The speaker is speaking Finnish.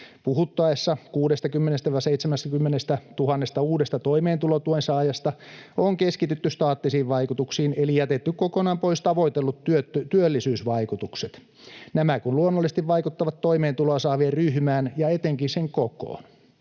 Puhuttaessa 60 000—70 000 uudesta toimeentulotuen saajasta on keskitytty staattisiin vaikutuksiin eli jätetty kokonaan pois tavoitellut työllisyysvaikutukset, nämä kun luonnollisesti vaikuttavat toimeentuloa saavien ryhmään ja etenkin sen kokoon.